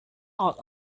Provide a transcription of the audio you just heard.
out